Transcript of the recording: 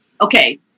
Okay